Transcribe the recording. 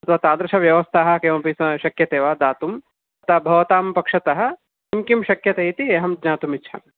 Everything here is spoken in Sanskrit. अथवा तादृशव्यवस्थाः किमपि श शक्यते वा दातुं अतः भवतां पक्षतः किं किं शक्यते इति अहं ज्ञातुमिच्छामि